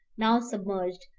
now submerged,